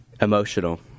emotional